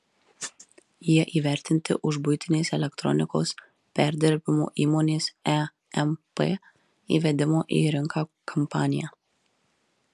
jie įvertinti už buitinės elektronikos perdirbimo įmonės emp įvedimo į rinką kampaniją